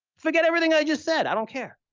forget everything i just said, i don't care.